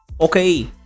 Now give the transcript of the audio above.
Okay